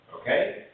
Okay